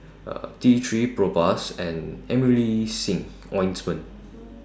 T three Propass and Emulsying Ointment